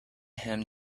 him